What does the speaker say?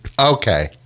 okay